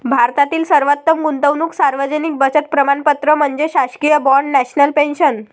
भारतातील सर्वोत्तम गुंतवणूक सार्वजनिक बचत प्रमाणपत्र म्हणजे शासकीय बाँड नॅशनल पेन्शन